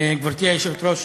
גברתי היושבת-ראש,